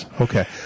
Okay